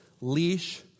leash